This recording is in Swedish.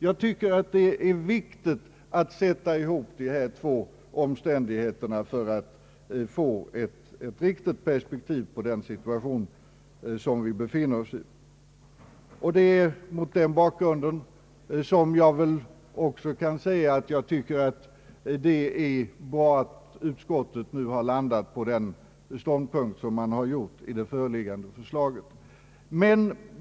Jag tycker att det är viktigt att sätta ihop de här två omständigheterna för att få ett riktigt perspektiv på den situation vi befinner oss i. Det är också mot den bakgrunden som jag kan säga, att jag tycker att det är bra att utskottet nu har landat på den ståndpunkt man gjort i det föreliggande förslaget.